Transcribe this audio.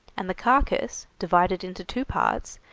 and the carcase, divided into two parts,